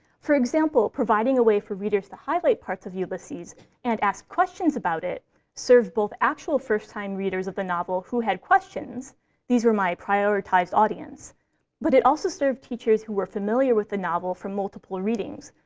for example, providing a way for readers to highlight parts of ulysses and ask questions about it served both actual first-time readers of the novel who had questions these were my prioritized audience but it also served teachers who were familiar with the novel from multiple readings,